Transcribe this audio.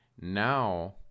now